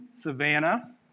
Savannah